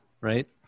right